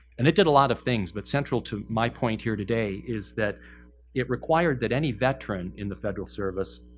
and it did a lot of things, but central to my point here today is that it required that any veteran in the federal service